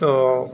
तो